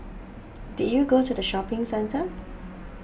did you go to the shopping centre